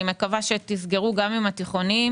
אני מקווה שתסגרו גם עם התיכוניים